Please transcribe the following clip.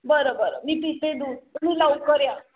बरं बरं मी पिते दूध तुम्ही लवकर या